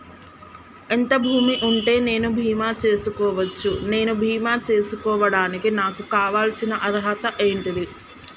ఎంత భూమి ఉంటే నేను బీమా చేసుకోవచ్చు? నేను బీమా చేసుకోవడానికి నాకు కావాల్సిన అర్హత ఏంటిది?